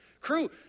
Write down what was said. Crew